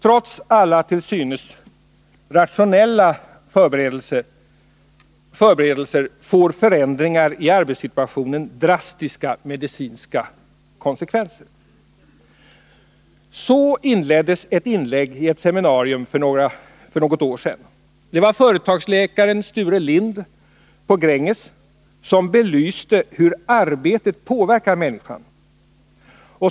Trots alla till synes rationella förberedelser får förändringar i arbetssituationen drastiska medicinska konsekvenser. Så inleddes ett inlägg i ett seminarium för något år sedan. Det var företagsläkaren Sture Lind på Gränges som belyste hur arbete påverkar människan.